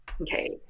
Okay